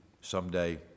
someday